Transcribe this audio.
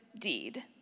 deed